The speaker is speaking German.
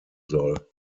soll